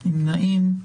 נמנעים?